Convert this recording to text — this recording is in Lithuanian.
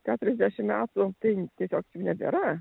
keturiasdešim metų tai tiesiog nebėra